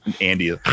Andy